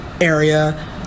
area